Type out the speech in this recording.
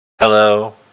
Hello